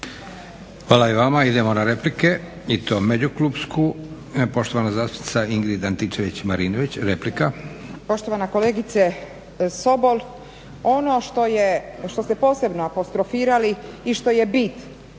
Hvala i vama. Idemo na replike i to međuklupsku. Poštovana zastupnica Ingrid Antičević-Marinović, replika. **Antičević Marinović, Ingrid (SDP)** Poštovana kolegice Sobol, ono što ste posebno apostrofirali i što je bit